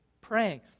praying